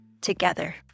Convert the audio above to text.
together